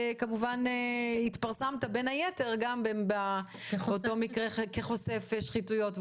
התפרסמת בין היתר גם באותו מקרה כחושף שחיתויות.